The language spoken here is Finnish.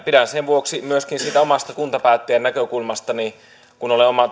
pidän sen vuoksi myöskin siitä omasta kuntapäättäjän näkökulmastani tärkeänä kun olen